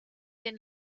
den